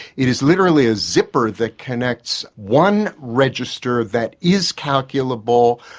it is literally a zipper that connects one register that is calculable,